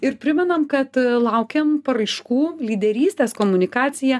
ir primenam kad laukiam paraiškų lyderystės komunikacija